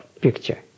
picture